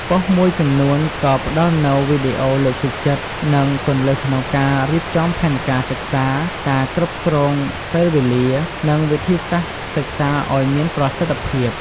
ប៉ុស្តិ៍មួយចំនួនក៏ផ្ដល់នូវ វីដេអូលើកទឹកចិត្ត និងគន្លឹះក្នុងការរៀបចំផែនការសិក្សា ការគ្រប់គ្រងពេលវេលា និងវិធីសាស្រ្តសិក្សាឲ្យមានប្រសិទ្ធភាព។